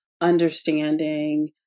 understanding